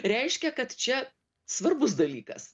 reiškia kad čia svarbus dalykas